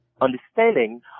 understanding